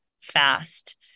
fast